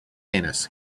ennis